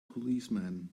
policeman